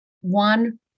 one